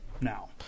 now